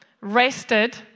rested